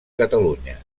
catalunya